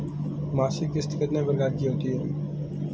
मासिक किश्त कितने प्रकार की होती है?